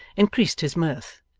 increased his mirth,